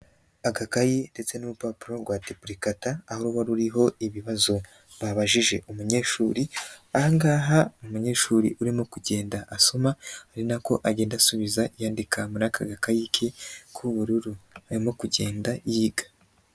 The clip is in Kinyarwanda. Agakayi ndetse n'urupapuro rwa depurikata aho ruba ruriho ibibazo babajije umunyeshuri. Ahangaha ni umunyeshuri urimo kugenda asoma ari nako agenda asubiza yandika muri aka gakayi ke k'ubururu, arimo kugenda yiga.